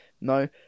No